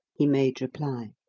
he made reply.